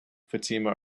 fatima